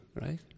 right